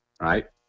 right